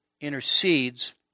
intercedes